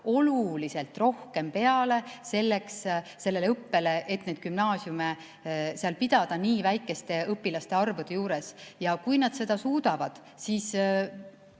oluliselt rohkem peale sellele õppele, et neid gümnaasiume seal pidada nii väikeste õpilaste arvude juures. Kui nad seda suudavad, siis